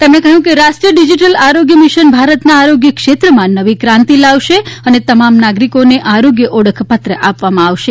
તેમણે કહ્યું કે રાષ્ટ્રીય ડીજીટલ આરોગ્ય મિશન ભારતના આરોગ્ય ક્ષેત્રમાં નવી ક્રાંતિ લાવશે અને તમામ નાગરિકોને આરોગ્ય ઓળખપત્ર આપવામાં આવશે